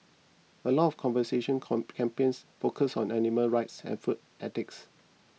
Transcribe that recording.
a lot of conservation come campaigns focus on animal rights and food ethics